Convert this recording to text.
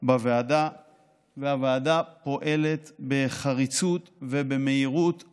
בוועדה והוועדה פועלת בחריצות ובמהירות,